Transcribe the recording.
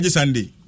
Sunday